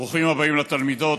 ברוכים הבאים לתלמידות,